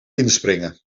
inspringen